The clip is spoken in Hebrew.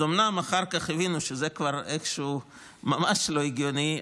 אז אומנם אחר כך הבינו שזה כבר איכשהו ממש לא הגיוני,